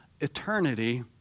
eternity